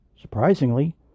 Surprisingly